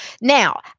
Now